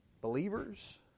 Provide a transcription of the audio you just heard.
believers